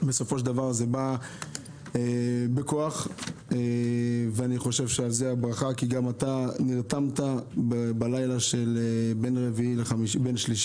בסופו של דבר זה בא בכוח ועל זה הברכה כי גם אתה נרתמת בלילה שבין שלישי